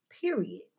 Period